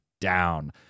down